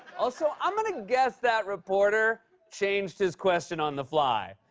also, i'm gonna guess that reporter changed his question on the fly.